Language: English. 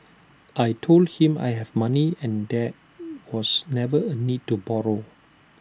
I Told him I have money and there was never A need to borrow